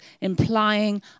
implying